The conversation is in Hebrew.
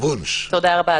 תודה רבה,